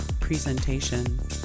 presentation